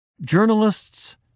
Journalists